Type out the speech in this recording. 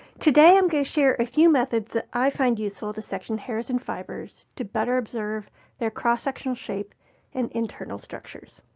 today i am going to share a few methods that i find useful to section hairs and fibers to better observe their cross-sectional shape and internal structures.